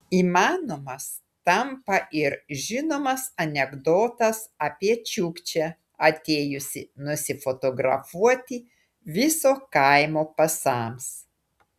įmanomas tampa ir žinomas anekdotas apie čiukčią atėjusį nusifotografuoti viso kaimo pasams